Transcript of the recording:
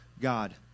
God